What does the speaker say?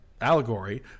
Allegory